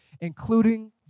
including